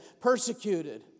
persecuted